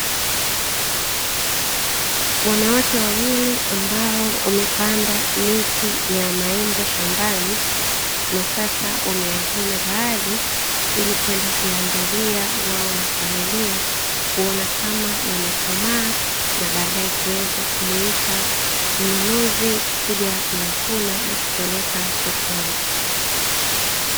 Wanawake wawili, ambao wamepanda miti ya maembe shambani na sasa wameyavuna baadhi, ili kwenda kuyaangalia wao na familia, kuona kama yamekomaa na baadaye kwenda kumuita mnunuzi kuja kuyavuna na kupeleka sokoni.